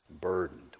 burdened